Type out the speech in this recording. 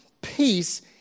peace